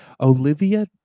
Olivia